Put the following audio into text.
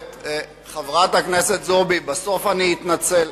חברת הכנסת זועבי, בסוף אני אתנצל,